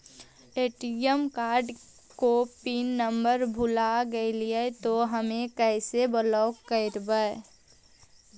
ATM card को pin number भुला गैले तौ हम कैसे ब्लॉक करवै?